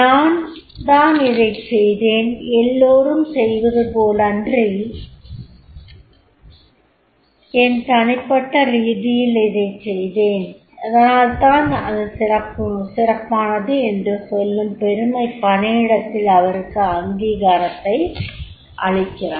நான் தான் இதைச் செய்தேன் எல்லோரும் செய்வது போலன்றி என் தனிப்பட்ட ரீதியில் இதைச் செய்தேன் அதனால் தான் அது சிறப்பானது என்று சொல்லும் பெருமை பணியிடத்தில் அவருக்கான அங்கீகாரத்தை அளிக்கிறது